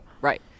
Right